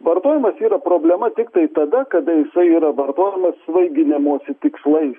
vartojimas yra problema tiktai tada kada jisai yra vartojamas svaiginimosi tikslais